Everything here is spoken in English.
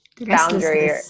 boundary